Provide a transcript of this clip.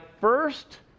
first